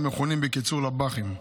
המכונים בקיצור "לב"חים",